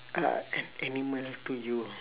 a an animal to you